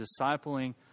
discipling